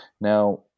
Now